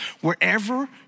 Wherever